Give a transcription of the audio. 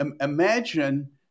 imagine